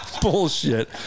Bullshit